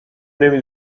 نمی